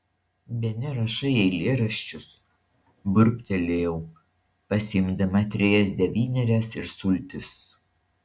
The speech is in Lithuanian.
bene rašai eilėraščius burbtelėjau pasiimdama trejas devynerias ir sultis